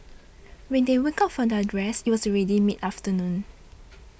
when they woke up from their rest it was already mid afternoon